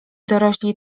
dorośli